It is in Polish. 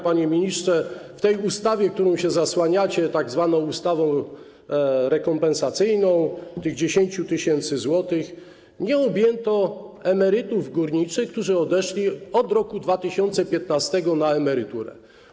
Panie ministrze, tą ustawą, którą się zasłaniacie, tzw. ustawą rekompensacyjną, tymi 10 tys. zł nie objęto emerytów górniczych, którzy odeszli od roku 2015 na emeryturę.